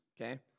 Okay